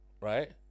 right